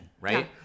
right